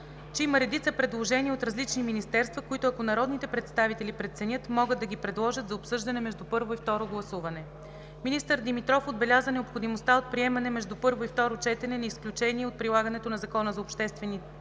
че има редица предложения от различни министерства, които ако народните представители преценят могат да ги предложат за обсъждане между първо и второ гласуване. Министър Димитров отбеляза необходимостта от приемане между първо и второ четене на изключение от прилагането на Закона за обществените